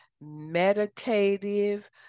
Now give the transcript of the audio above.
meditative